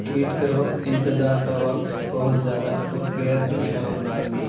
tweet کرو انتظار کا وقت بہت زیادہ اور گیرپیشہ ور ملازمین